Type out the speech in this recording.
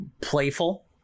playful